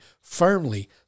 firmly